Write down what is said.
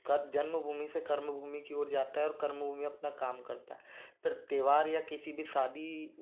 जन्मभूमि से कर्मभूमि की ओर जाता है और कर्मभूमि में अपना काम करता है फिर त्यौहार या किसी भी शादी